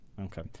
Okay